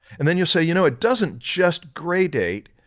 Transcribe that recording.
and then you say you know, it doesn't just gradate,